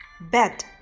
bed